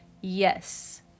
Yes